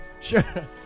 sure